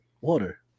water